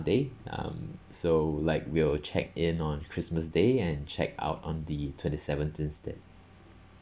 day um so like we'll check in on christmas day and check out on the twenty seventh instead